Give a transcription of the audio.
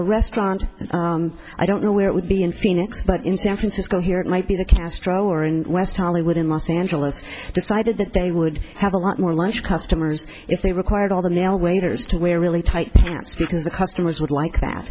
a restaurant i don't know where it would be in phoenix but in san francisco here it might be the castro or in west hollywood in los angeles who decided that they would have a lot more lunch customers if they required all the male waiters to wear really tight because the customers would like that